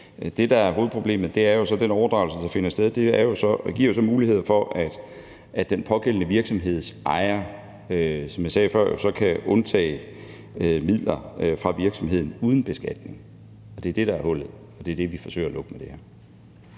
Det, der er hovedproblemet, er jo så, at den overdragelse, der finder sted, giver mulighed for, at den pågældende virksomhedsejer – som jeg sagde før – så kan udtage midler fra virksomheden, uden beskatning. Det er det, der er hullet, og det er det, vi forsøger at lukke med det her.